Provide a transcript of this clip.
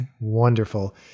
Wonderful